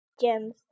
gems